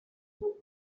now